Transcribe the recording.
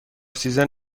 سیزن